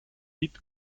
beat